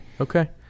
okay